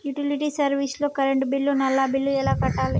Utility service లో current bill, నల్లా bill ఎలా కట్టాలి?